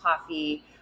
coffee